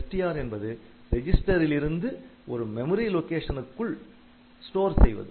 STR என்பது ரெஜிஸ்டரிலிருந்து ஒரு மெமரி லொகேஷனுக்குள் ஸ்டோர் செய்வது